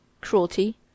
cruelty